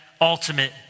ultimate